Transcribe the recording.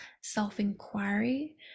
self-inquiry